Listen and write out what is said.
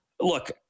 Look